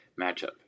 matchup